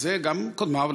גם קודמיו,